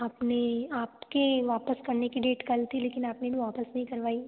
आपने आपके वापस करने की डेट कल थी लेकिन आपने ना वापस नहीं करवाई